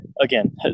Again